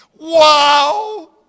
Wow